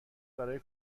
برای